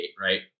right